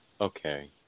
okay